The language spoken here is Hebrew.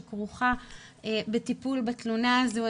שכרוכה בטיפול בתלונה הזו,